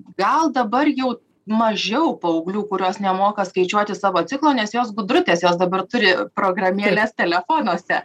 gal dabar jau mažiau paauglių kurios nemoka skaičiuoti savo ciklo nes jos gudrutės jos dabar turi programėles telefonuose